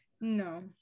No